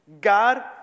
God